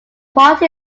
party